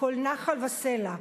כל נחל וסלע,